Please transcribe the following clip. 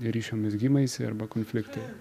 ryšio mezgimaisi arba konfliktai